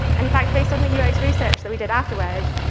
in fact, based on the us research that we did afterwards,